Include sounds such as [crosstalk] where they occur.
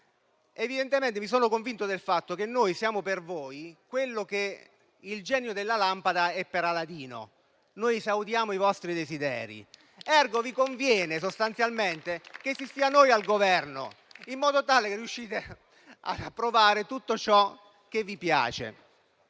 Evidentemente, mi sono convinto del fatto che noi siamo per voi quello che il genio della lampada è per Aladino: esaudiamo i vostri desideri. [applause] Di conseguenza, vi conviene che si stia noi al Governo, in modo tale che riuscite ad approvare tutto ciò che vi piace,